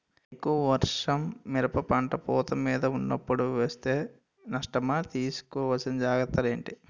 ఎక్కువ వర్షం మిరప పంట పూత మీద వున్నపుడు వేస్తే నష్టమా? తీస్కో వలసిన జాగ్రత్తలు ఏంటి?